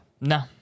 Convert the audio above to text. No